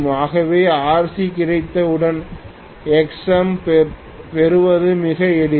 ஆகவே Rc கிடைத்தவுடன் Xm பெறுவது மிக எளிது